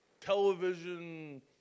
television